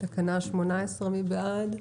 תקנה 18, מי בעד?